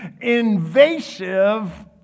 invasive